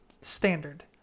standard